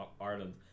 Ireland